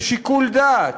בשיקול דעת.